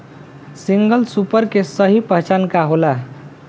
Single super के सही पहचान का होला?